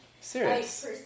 serious